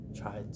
try